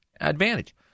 advantage